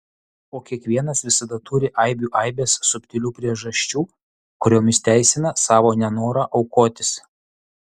o kiekvienas visada turi aibių aibes subtilių priežasčių kuriomis teisina savo nenorą aukotis